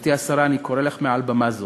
גברתי השרה, אני קורא לך מעל במה זו,